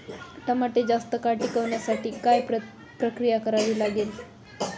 टमाटे जास्त काळ टिकवण्यासाठी काय प्रक्रिया करावी लागेल?